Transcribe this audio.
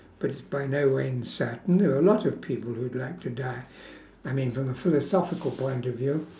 but it's by no way uncertain there are a lot of people who would like to die I mean from a philosophical point of view